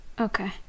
Okay